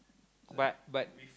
but but